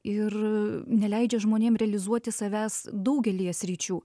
ir neleidžia žmonėm realizuoti savęs daugelyje sričių